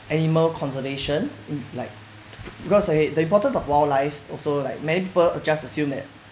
animal conservation like because okay the importance of wildlife also like many people just assume that